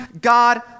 God